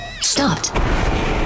stopped